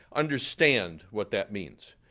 understand what that means.